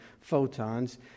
photons